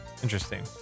Interesting